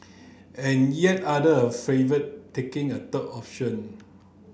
and yet other favour taking a third option